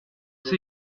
cice